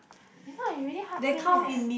if not you really heart pain leh